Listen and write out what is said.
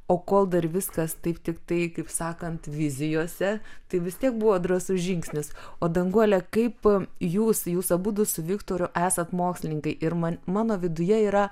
o kol dar viskas taip tiktai kaip sakant vizijose tai vis tiek buvo drąsus žingsnis o danguole kaip jūs jūs abudu su viktoru esat mokslininkai ir man mano viduje yra